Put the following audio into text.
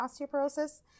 osteoporosis